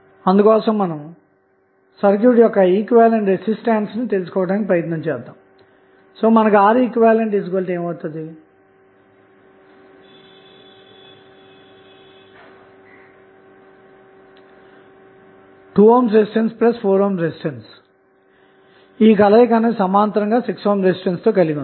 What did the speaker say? అందుకోసం సర్క్యూట్ యొక్క equivalent resistance ను తెలుసుకోవడానికి ప్రయత్నిద్దాము